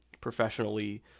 professionally